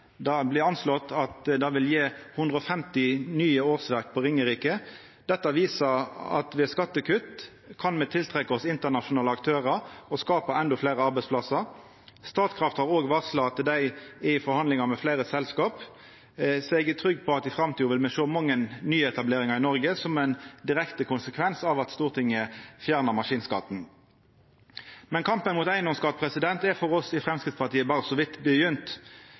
Det blir anslått at det vil gje 150 nye årsverk på Ringerike. Dette viser at med skattekutt kan me trekkja til oss internasjonale aktørar og skapa endå fleire arbeidsplassar. Statkraft har òg varsla at dei er i forhandlingar med fleire selskap, så eg er trygg på at i framtida vil me sjå mange nyetableringar i Noreg som ein direkte konsekvens av at Stortinget fjerna maskinskatten. Men kampen mot eigedomsskatt er for oss i Framstegspartiet berre så vidt begynt.